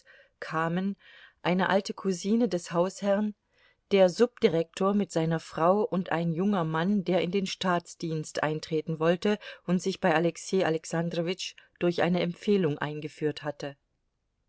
kamen eine alte cousine des hausherrn der subdirektor mit seiner frau und ein junger mann der in den staatsdienst eintreten wollte und sich bei alexei alexandrowitsch durch eine empfehlung eingeführt hatte